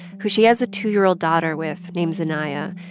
who she has a two year old daughter with, named zainaya.